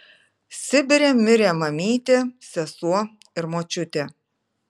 sibire mirė mamytė sesuo ir močiutė